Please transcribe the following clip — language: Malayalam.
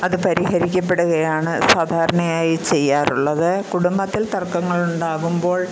അത് പരിഹരിക്കപ്പെടുകയാണ് സാധാരണയായി ചെയ്യാറുള്ളത് കുടുംബത്തില് തര്ക്കങ്ങള് ഉണ്ടാവുമ്പോള്